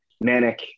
manic